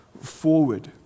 forward